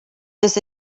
this